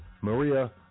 Maria